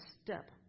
step